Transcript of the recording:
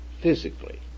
physically